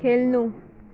खेल्नु